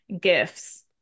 gifts